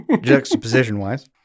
juxtaposition-wise